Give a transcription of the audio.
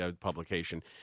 publication